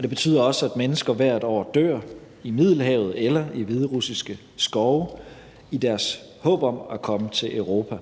Det betyder også, at mennesker hvert år dør i Middelhavet eller i hviderussiske skove i deres håb om at komme til Europa.